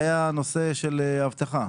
זה היה נושא של אבטחה.